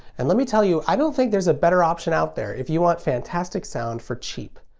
and let me tell you, i don't think there's a better option out there if you want fantastic sound for cheap.